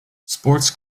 sports